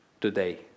today